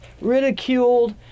ridiculed